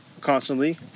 constantly